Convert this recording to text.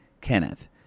Kenneth